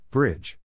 Bridge